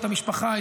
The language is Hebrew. את המשפחה,